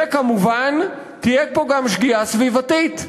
וכמובן, תהיה פה גם שגיאה סביבתית,